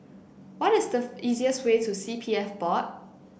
what is the easiest way to C P F Board